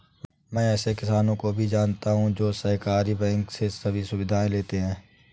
मैं ऐसे किसानो को भी जानता हूँ जो सहकारी बैंक से सभी सुविधाएं लेते है